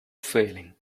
failing